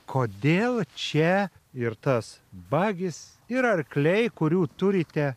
kodėl čia ir tas bagys ir arkliai kurių turite